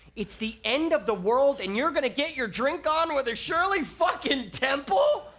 it's the end of the world and you're gonna get your drink on with a shirley fucking temple?